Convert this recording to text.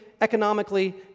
economically